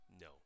No